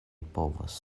povos